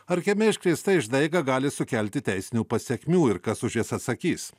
ar kieme iškrėsta išdaiga gali sukelti teisinių pasekmių ir kas už jas atsakys